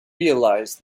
realise